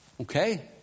Okay